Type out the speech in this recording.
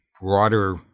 Broader